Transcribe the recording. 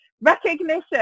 recognition